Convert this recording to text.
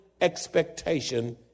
expectation